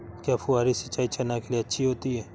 क्या फुहारी सिंचाई चना के लिए अच्छी होती है?